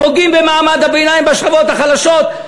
פוגעים במעמד הביניים ובשכבות חלשות,